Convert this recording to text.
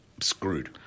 screwed